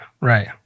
Right